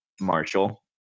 marshall